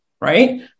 right